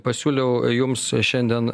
pasiūliau jums šiandien